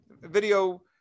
video